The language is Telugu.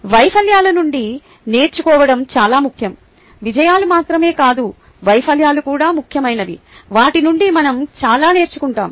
వైఫల్యాల నుండి నేర్చుకోవడం చాలా ముఖ్యం విజయాలు మాత్రమే కాదు వైఫల్యాలు కూడా ముఖ్యమైనవి వాటి నుండి మనం చాలా నేర్చుకుంటాము